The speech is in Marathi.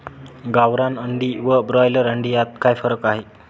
गावरान अंडी व ब्रॉयलर अंडी यात काय फरक आहे?